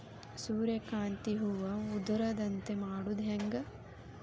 ಸೂರ್ಯಕಾಂತಿ ಹೂವ ಉದರದಂತೆ ಮಾಡುದ ಹೆಂಗ್?